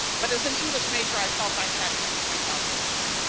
but as an english major i felt i had to point out those two.